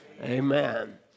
Amen